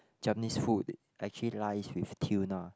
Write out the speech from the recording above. Germany's food actually lies with tuna